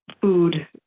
food